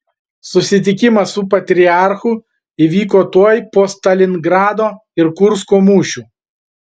susitikimas su patriarchu įvyko tuoj po stalingrado ir kursko mūšių